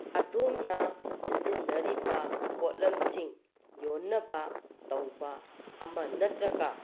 ꯑꯗꯣꯝꯅ ꯁꯤꯖꯤꯟꯅꯔꯤꯕ ꯄꯣꯠꯂꯝꯁꯤꯡ ꯌꯣꯟꯅꯕ ꯇꯧꯕ ꯑꯃ ꯅꯠꯇ꯭ꯔꯒ